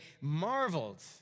marveled